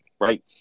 right